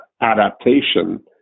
adaptation